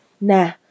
Nah